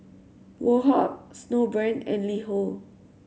Woh Hup Snowbrand and LiHo